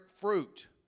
fruit